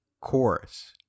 chorus